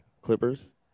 Clippers